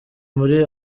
muri